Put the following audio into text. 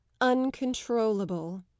uncontrollable